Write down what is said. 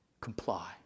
comply